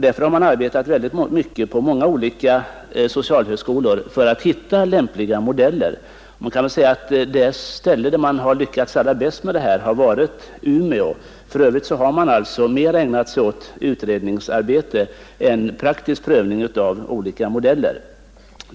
Därför har mycket arbete lagts ned vid olika socialhögskolor för att finna lämpliga modeller. Det kan väl sägas att det ställe där man har lyckats allra bäst är Umeå. För övrigt har det alltså mera varit fråga om utredningsarbete än om praktisk prövning av olika modeller.